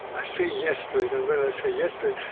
i say yes to it. and when i say yes to it,